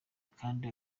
kandi